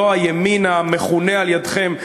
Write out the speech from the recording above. לא הימין המכונה על-ידיכם,